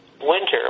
winter